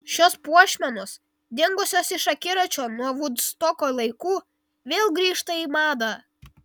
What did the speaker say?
šios puošmenos dingusios iš akiračio nuo vudstoko laikų vėl grįžta į madą